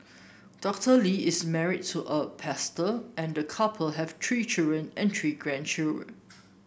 Doctor Lee is married to a pastor and the couple have three children and three grandchildren